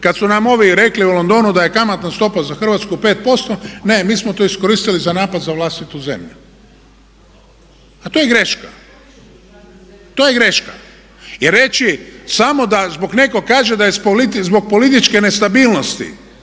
kad su nam ovi rekli u Londonu da je kamatna stopa za Hrvatsku 5% ne mi smo to iskoristili za napad za vlastitu zemlju. A to je greška, to je greška. Jer reći samo da zbog netko kaže da je zbog političke nestabilnosti